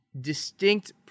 distinct